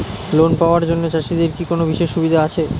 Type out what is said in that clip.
Loan পাওয়ার জন্য চাষিদের কি কোনো বিশেষ সুবিধা আছে?